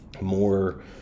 more